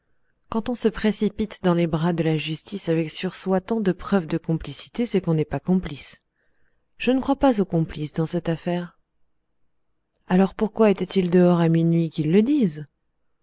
quand on se précipite dans les bras de la justice avec sur soi tant de preuves de complicité c'est qu'on n'est pas complice je ne crois pas aux complices dans cette affaire alors pourquoi étaient-ils dehors à minuit qu'ils le disent